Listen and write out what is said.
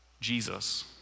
Jesus